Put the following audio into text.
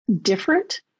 different